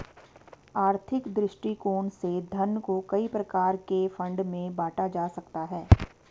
आर्थिक दृष्टिकोण से धन को कई प्रकार के फंड में बांटा जा सकता है